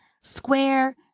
square